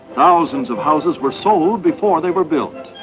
thousands of houses were sold before they were built.